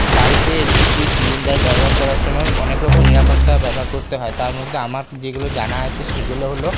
বাড়িতে L P G cylinder ব্যবহার করার সময় অনেক রকমের নিরাপত্তা ব্যবহার করতে হয় তারমধ্যে আমার যেগুলো জানা আছে সেগুলো হলো